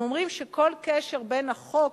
הם אומרים שכל קשר בין החוק